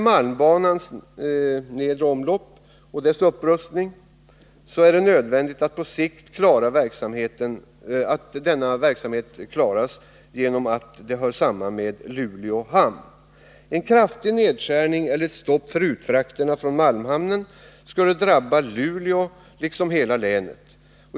Malmbanans upprustning i det nedre omloppet är nödvändig för att man på sikt skall kunna klara verksamheten vid Luleå hamn. En kraftig nedskärning eller ett stopp för utfrakterna från malmhamnen skulle drabba såväl Luleå som hela länet.